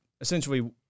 essentially